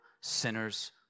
sinners